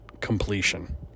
completion